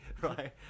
right